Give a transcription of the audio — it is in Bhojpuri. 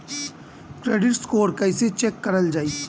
क्रेडीट स्कोर कइसे चेक करल जायी?